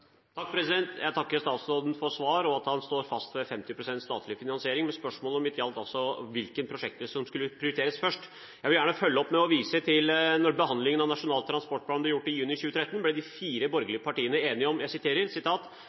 Jeg takker statsråden for svar, og for at han står fast ved 50 pst. statlig finansiering, men spørsmålet mitt gjaldt altså hvilke prosjekter som skulle prioriteres først. Jeg vil gjerne følge opp med å vise til at ved behandlingen av Nasjonal transportplan i juni 2013 ble de fire borgerlige partiene enige om